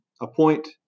appoint